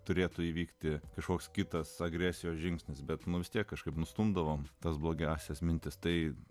turėtų įvykti kažkoks kitas agresijos žingsnis bet mums tiek kažkaip nustumdavome tas blogąsias mintis tai